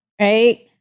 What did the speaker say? right